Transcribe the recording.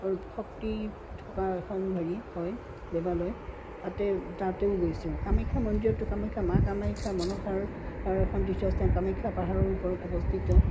ভক্তি থকা এখন হেৰি হয় দেৱালয় তাতে তাতেও গৈছোঁ কামাখ্যা মন্দিৰতো কামাখ্যা মা কামাখ্যা মনসাৰ এখন তীৰ্থস্থান কামাখ্যা পাহাৰৰ ওপৰত অৱস্থিত